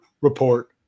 Report